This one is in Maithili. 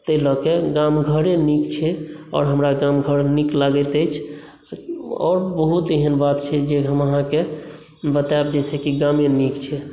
ताहि लऽ के गाम घरे नीक छै आओर हमरा गाम घर नीक लागैत अछि आओर बहुत एहन बात छै जे हम अहाँकेँ बतायब जाहिसँ कि गामे नीक छै